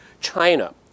China